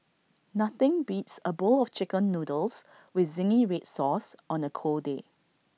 nothing beats A bowl of Chicken Noodles with Zingy Red Sauce on A cold day